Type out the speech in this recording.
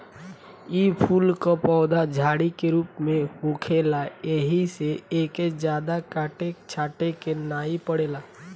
इ फूल कअ पौधा झाड़ी के रूप में होखेला एही से एके जादा काटे छाटे के नाइ पड़ेला